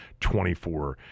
24